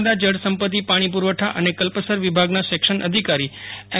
નર્મદા જળ સંપતિ પાણી પુરવઠા અને કલ્પસર વિભાગના સેક્શન અધિકારી એમ